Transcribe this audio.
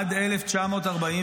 אינדונזיה.